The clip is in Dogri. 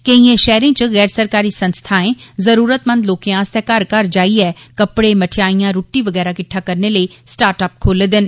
केईए शैहरे च गैर सरकारी संस्थाएं जरूरतमंद लोकें आस्तै घर घर जाईयै कपडे मठेआईयां रूष्टी बगैरा किट्ठा करने लेई स्ट्राटअप खोले दे न